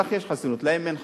לך יש חסינות, להם אין חסינות.